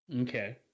Okay